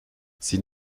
sie